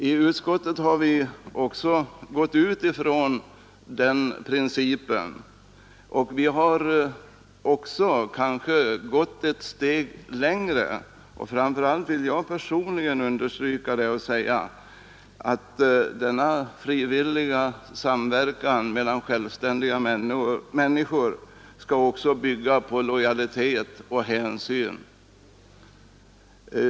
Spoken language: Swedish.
I utskottet har vi utgått från den principen och kanske gått ett steg längre. Jag vill personligen understryka det och säga att denna frivilliga samverkan mellan självständiga människor också skall bygga på lojalitet och hänsyn.